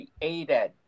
created